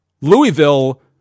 Louisville